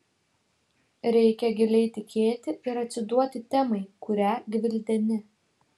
reikia giliai tikėti ir atsiduoti temai kurią gvildeni